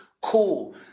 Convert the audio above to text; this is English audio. cool